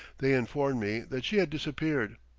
they informed me that she had disappeared.